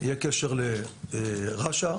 ולרש"א